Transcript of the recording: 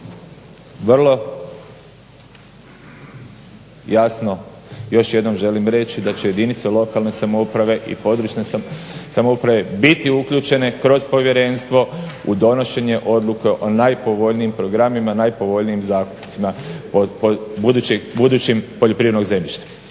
Vrlo jasno još jednom reći da će jedince lokalne samouprave i područne samouprave biti uključene kroz povjerenstvo u donošenje odluke o najpovoljnijim programima, najpovoljnijim zakupcima budućeg poljoprivrednog zemljišta.